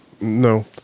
no